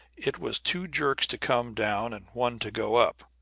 it was two jerks to come down and one to go up.